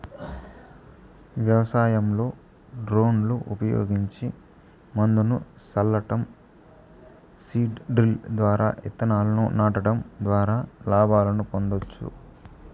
వ్యవసాయంలో డ్రోన్లు ఉపయోగించి మందును సల్లటం, సీడ్ డ్రిల్ ద్వారా ఇత్తనాలను నాటడం ద్వారా లాభాలను పొందొచ్చు